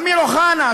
אמיר אוחנה,